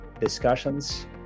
discussions